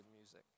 music